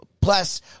Plus